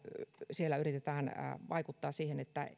siellä yritetään vaikuttaa siihen että